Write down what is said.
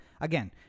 again